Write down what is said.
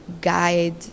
guide